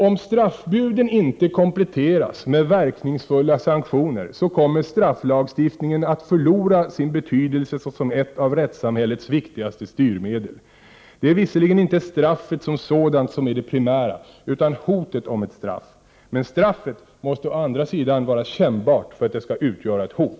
Om straffbuden inte kompletteras med verkningsfulla sanktioner, kommer strafflagstiftningen att förlora sin betydelse såsom ett av rättssamhällets viktigaste styrmedel. Det är visserligen inte straffet som sådant som är det primära, utan hotet om ett straff. Men straffet måste å andra sidan vara kännbart för att det skall utgöra ett hot.